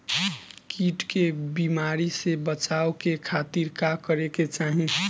कीट के बीमारी से बचाव के खातिर का करे के चाही?